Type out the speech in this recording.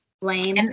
Blame